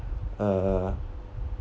uh